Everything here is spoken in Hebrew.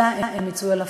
אלא הן יצאו אל הפועל.